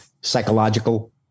psychological